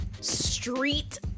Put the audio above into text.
street